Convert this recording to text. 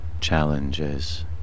challenges